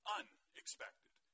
unexpected